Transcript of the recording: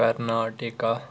Karnataka